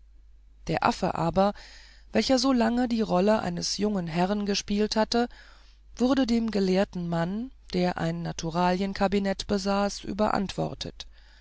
der affe aber welcher so lange die rolle eines jungen herrn gespielt hatte wurde dem gelehrten mann der ein naturalienkabinett besaß überantwortet